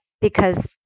Because-